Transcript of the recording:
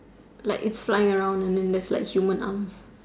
like it's flying around and then there's human arms